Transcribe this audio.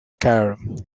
cairum